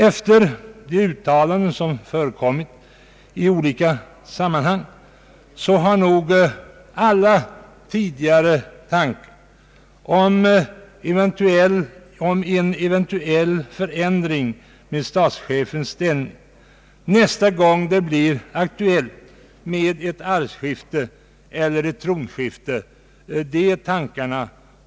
Efter de uttalanden som förekommit i olika sammanhang har nog alla tidigare tarkar om en eventuell förändring av statschefens ställning nästa gång det blir aktuellt med ett tronskifte lagts åt sidan.